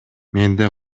менде